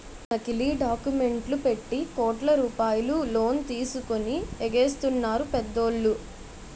నకిలీ డాక్యుమెంట్లు పెట్టి కోట్ల రూపాయలు లోన్ తీసుకొని ఎగేసెత్తన్నారు పెద్దోళ్ళు